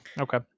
okay